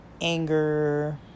anger